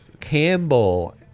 Campbell